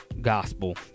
gospel